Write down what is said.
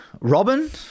Robin